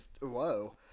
whoa